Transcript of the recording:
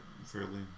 Fairly